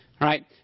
right